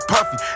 Puffy